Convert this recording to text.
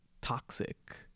toxic